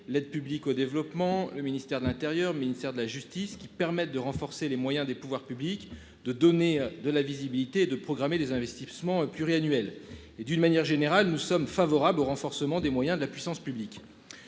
l'aide publique au développement, le ministère de l'Intérieur, ministère de la justice qui permettent de renforcer les moyens des pouvoirs publics de donner de la visibilité de programmer des investissements pluriannuels et d'une manière générale, nous sommes favorables au renforcement des moyens de la puissance publique.